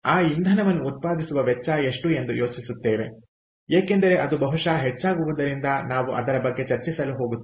ಆ ಇಂಧನವನ್ನು ಉತ್ಪಾದಿಸುವ ವೆಚ್ಚ ಎಷ್ಟುಎಂದು ಯೋಚಿಸುತ್ತೇವೆ ಏಕೆಂದರೆ ಅದು ಬಹುಶಃ ಹೆಚ್ಚಾಗುವುದರಿಂದ ನಾವು ಅದರ ಬಗ್ಗೆ ಚರ್ಚಿಸಲು ಹೋಗುತ್ತೇವೆ